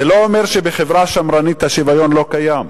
זה לא אומר שבחברה שמרנית השוויון לא קיים.